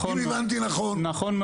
אם הבנתי נכון.